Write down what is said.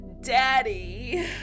daddy